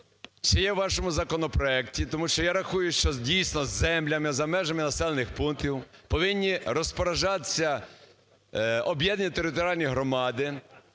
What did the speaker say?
Чи є у вашому законопроекті? Тому що я рахую, що дійсно, землями за межами населених пунктів повинні розпоряджатися об'єднані територіальні громади,